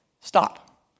stop